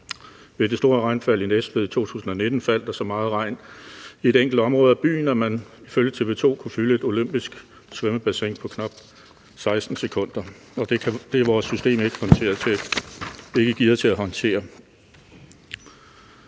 Ved det store regnfald i Næstved i 2019 faldt der så meget regn i et enkelt område af byen, at man ifølge TV 2 kunne fylde et olympisk svømmebassin på knap 16 sekunder, og det er vores system ikke gearet til at håndtere.